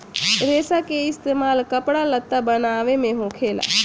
रेसा के इस्तेमाल कपड़ा लत्ता बनाये मे होखेला